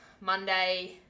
Monday